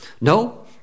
No